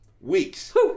Weeks